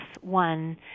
one